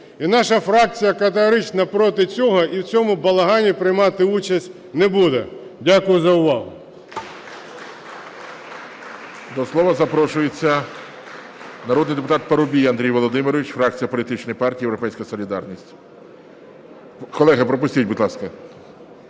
і наша фракція категорично проти цього і в цьому балагані приймати участь не буде. Дякую за увагу.